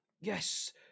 yes